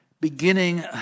beginning